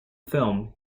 film